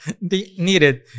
needed